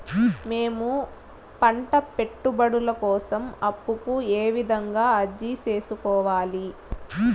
మేము పంట పెట్టుబడుల కోసం అప్పు కు ఏ విధంగా అర్జీ సేసుకోవాలి?